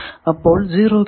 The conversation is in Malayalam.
അപ്പോൾ 0 കിട്ടി